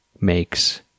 makes